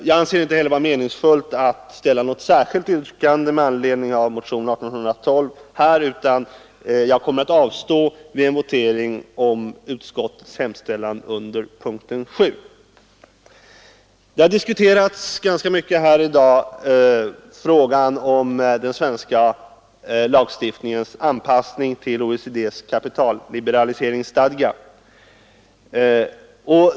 Jag anser det inte heller vara meningsfullt att här framföra något särskilt yrkande med anledning av motionen 1812, utan jag kommer att avstå vid en votering om utskottets hemställan under punkten 7. Man har här i dag ganska mycket diskuterat frågan om den svenska lagstiftningens anpassning till OECD:s kapitalliberaliseringsstadga.